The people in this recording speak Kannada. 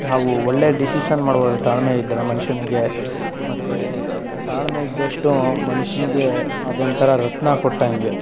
ನಾವು ಒಳ್ಳೆ ಡಿಷಿಷನ್ ಮಾಡ್ಬೋದು ತಾಳ್ಮೆ ಇದ್ದರೆ ಮನುಷ್ಯನಿಗೆ ಮತ್ತು ತಾಳ್ಮೆ ಇದ್ದಷ್ಟು ಮನುಷ್ಯನಿಗೆ ಅದೊಂಥರ ರತ್ನ ಕೊಟ್ಟಂಗೆ